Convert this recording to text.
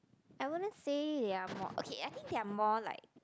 I wouldn't say they are more okay I think they are more like